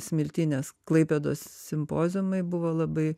smiltynės klaipėdos simpoziumai buvo labai